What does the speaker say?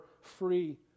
free